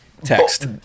text